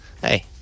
hey